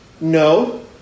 No